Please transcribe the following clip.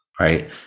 right